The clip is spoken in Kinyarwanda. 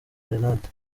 gerenade